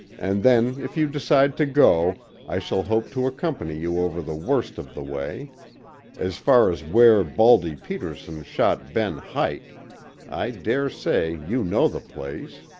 and then if you decide to go i shall hope to accompany you over the worst of the way as far as where baldy peterson shot ben hike i dare say you know the place.